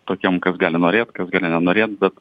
tokiam kas gali norėt kas gali nenorėt bet